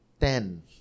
Ten